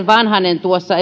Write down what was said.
vanhanen tuossa